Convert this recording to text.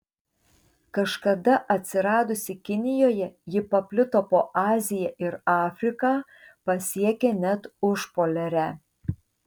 kažkada atsiradusi kinijoje ji paplito po aziją ir afriką pasiekė net užpoliarę